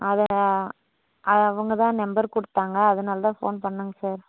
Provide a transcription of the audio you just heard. அதை அது அவங்க தான் நம்பர் கொடுத்தாங்க அதுனால் தான் ஃபோன் பண்ணிணோங்க சார்